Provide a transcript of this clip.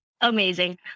amazing